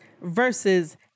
versus